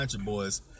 boys